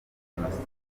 jenoside